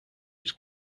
its